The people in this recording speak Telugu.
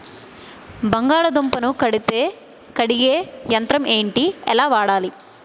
బంగాళదుంప ను కడిగే యంత్రం ఏంటి? ఎలా వాడాలి?